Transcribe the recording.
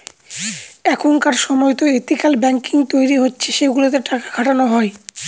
এখনকার সময়তো ethical banking তৈরী হচ্ছে সেগুলোতে টাকা খাটানো হয়